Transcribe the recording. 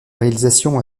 réalisation